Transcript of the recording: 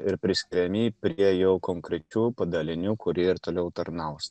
ir priskiriami prie jau konkrečių padalinių kur jie toliau tarnaus